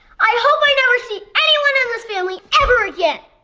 i hope i never see anyone in this family ever again